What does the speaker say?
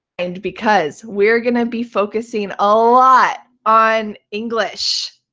and because we're going to be focusing a lot on english.